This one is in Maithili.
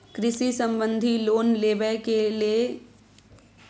कृषि संबंधी लोन लेबै के के लेल हमरा नाम से कम से कम कत्ते जमीन होबाक चाही?